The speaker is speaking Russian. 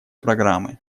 программы